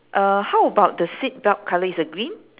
uh how about the seat belt colour is a green